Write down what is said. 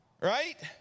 Right